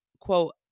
quote